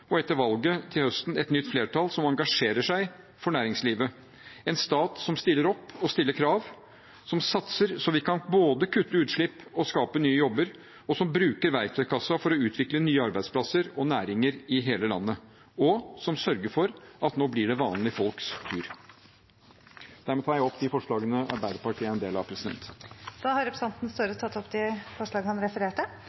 og etter valget til høsten et nytt flertall som engasjerer seg for næringslivet, en stat som stiller opp og stiller krav, som satser så vi kan både kutte utslipp og skape nye jobber, som bruker verktøykassen for å utvikle nye arbeidsplasser og næringer i hele landet, og som sørger for at det nå blir vanlige folks tur. Dermed tar jeg opp de forslagene Arbeiderpartiet er en del av. Representanten Jonas Gahr Støre har